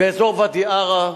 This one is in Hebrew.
באזור ואדי-עארה.